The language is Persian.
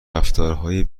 رفتارهای